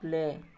play